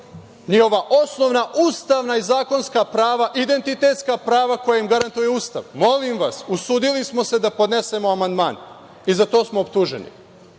njihova osnovna ustavna i zakonska prava, identitetska prava koje im garantuje Ustav. Molim vas, usudili smo se da podnesemo amandman i za to smo optuženi.U